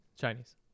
Chinese